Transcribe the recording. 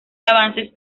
avances